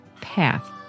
path